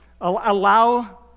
allow